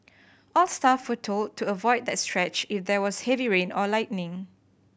all staff were told to avoid that stretch if there was heavy rain or lightning